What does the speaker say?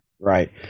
Right